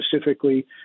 specifically